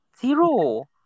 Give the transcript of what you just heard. Zero